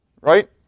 Right